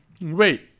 wait